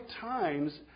times